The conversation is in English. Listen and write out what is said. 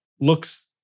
looks